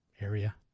area